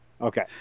Okay